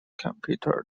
competitor